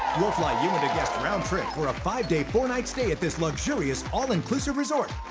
we'll fly you and a guest round trip for a five day four night stay at this luxurious all inclusive report.